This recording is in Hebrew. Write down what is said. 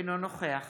אינו נוכח